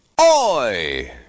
Oi